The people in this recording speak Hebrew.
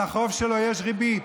על החוב שלו יש ריבית.